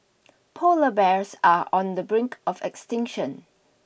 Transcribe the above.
polar bears are on the brink of extinction